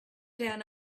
down